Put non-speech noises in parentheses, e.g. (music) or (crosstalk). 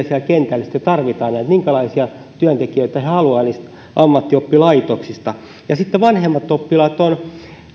(unintelligible) siellä kentällä sitten tarvitaan minkälaisia työntekijöitä he haluavat niistä ammattioppilaitoksista sitten vanhemmat oppilaat ovat